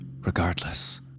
regardless